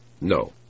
No